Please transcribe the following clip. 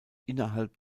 innerhalb